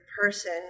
person